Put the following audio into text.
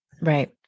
Right